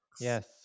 Yes